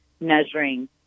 measuring